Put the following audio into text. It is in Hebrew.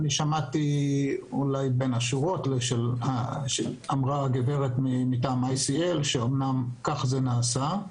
שמעתי בין השורות שאמרה הגברת מטעם ICL שאומנם כך זה נעשה.